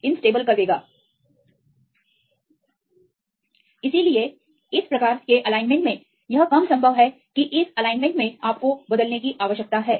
इसलिए इस प्रकार केएलाइनमेंट में यह कम संभव है कि इस एलाइनमेंट में आपको बदलने की आवश्यकता है